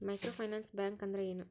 Micro finance bank ಅಂದ್ರ ಏನು?